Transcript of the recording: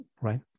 right